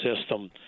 system